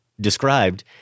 described